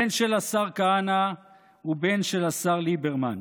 בין של השר כהנא ובין של השר ליברמן.